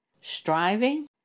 striving